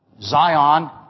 Zion